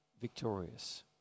victorious